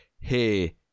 hey